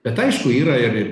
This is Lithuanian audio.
bet aišku yra ir ir